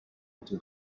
into